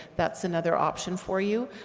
that's another option for you.